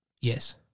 Yes